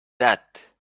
that